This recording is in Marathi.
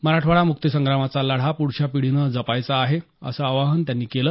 मराठवाडा मुक्तिसंग्रामाचा लढा पूढच्या पिढीनं जपायचा आहे असं आवाहन त्यांनी केलं